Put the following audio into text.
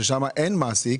ששם אין מעסיק.